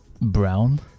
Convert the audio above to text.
Brown